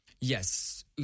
Yes